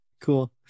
Cool